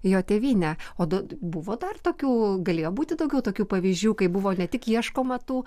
jo tėvyne o du buvo dar tokių galėjo būti daugiau tokių pavyzdžių kai buvo ne tik ieškoma tų